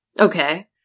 Okay